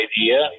idea